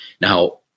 Now